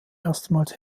erstmals